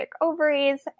ovaries